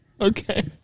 Okay